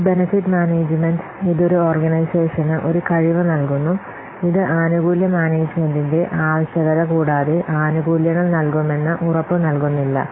ഈ benefit management ഇത് ഒരു ഓർഗനൈസേഷന് ഒരു കഴിവ് നൽകുന്നു ഇത് ആനുകൂല്യ മാനേജ്മെന്റിന്റെ ആവശ്യകത കൂടാതെ ആനുകൂല്യങ്ങൾ നൽകുമെന്ന് ഉറപ്പുനൽകുന്നില്ല